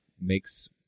makes